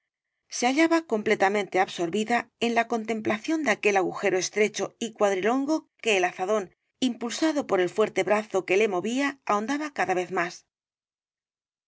se hallaba completamente absorbida en la contemplación de aquel agujero estrecho y cuadrilongo que el azadón impulsado por el fuerte brazo que le movía ahondaba cada vez más